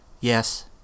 Yes